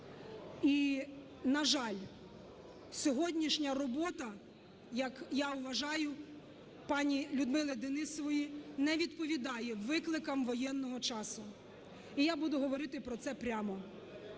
І, на жаль, сьогоднішня робота, як я вважаю, пані Людмили Денісової не відповідає викликам воєнного часу, і я буду говорити про це прямо.